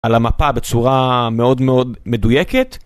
על המפה בצורה מאוד מאוד מדויקת.